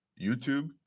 YouTube